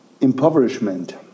impoverishment